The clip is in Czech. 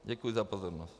Děkuji za pozornost.